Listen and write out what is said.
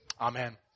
Amen